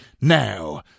now